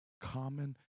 Common